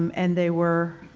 um and they were,